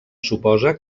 suposa